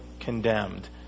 condemned